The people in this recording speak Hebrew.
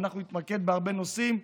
ואנחנו נתמקד בהרבה נושאים,